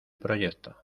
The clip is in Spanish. proyecto